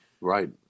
Right